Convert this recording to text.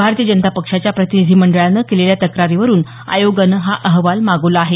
भारतीय जनता पक्षाच्या प्रतिनिधीमंडळानं केलेल्या तक्रारीवरून आयोगानं हा अहवाल मागवला आहे